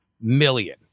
million